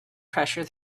pressure